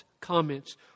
comments